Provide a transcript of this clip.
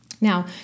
Now